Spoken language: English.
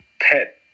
pet